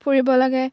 ফুৰিব লাগে